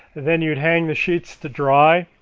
then you'd hang the sheets to dry